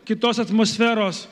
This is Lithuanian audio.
kitos atmosferos